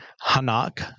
Hanak